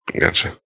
Gotcha